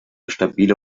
stabile